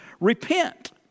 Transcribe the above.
repent